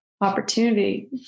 opportunity